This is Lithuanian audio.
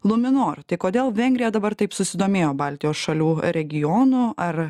luminor tai kodėl vengrija dabar taip susidomėjo baltijos šalių regionu ar